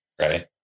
right